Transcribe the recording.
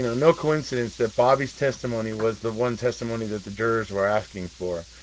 no no coincidence that bobby's testimony was the one testimony that the jurors were asking for.